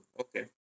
okay